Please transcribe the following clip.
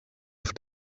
auf